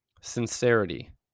Sincerity